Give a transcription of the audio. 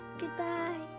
goodbye.